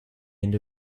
end